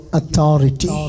authority